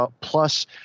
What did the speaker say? plus